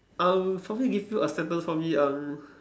um for me give you a sentence for me um